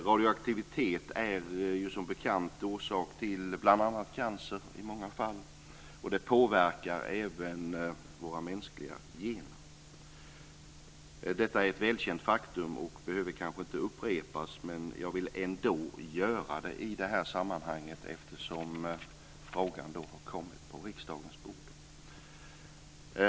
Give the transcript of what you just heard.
Radioaktivitet är ju som bekant orsak till bl.a. cancer i många fall, och det påverkar även våra mänskliga gener. Detta är ett välkänt faktum och behöver kanske inte upprepas, men jag vill ändå göra det i det här sammanhanget eftersom frågan har kommit på riksdagens bord.